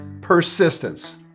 persistence